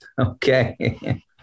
Okay